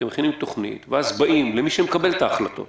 אתם מכינים תוכנית ואז באים אל מי שמקבל את ההחלטות